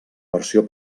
versió